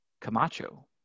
Camacho